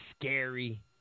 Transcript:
scary